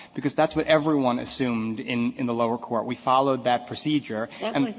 because that's what everyone assumed in in the lower court. we followed that procedure and